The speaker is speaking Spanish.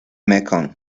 mekong